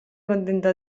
contento